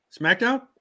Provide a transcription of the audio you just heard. SmackDown